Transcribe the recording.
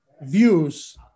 views